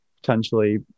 potentially